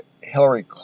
Hillary